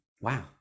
Wow